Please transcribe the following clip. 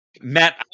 Matt